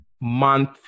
month